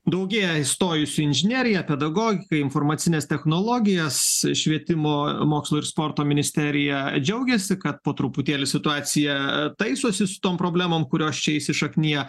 daugėja įstojusių į inžineriją pedagogiką informacines technologijas švietimo mokslo ir sporto ministerija džiaugiasi kad po truputėlį situacija taisosi su tom problemom kurios čia įsišakniję